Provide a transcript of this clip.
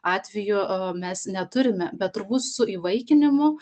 atvejų mes neturime bet turbūt su įvaikinimu